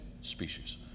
species